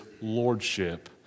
lordship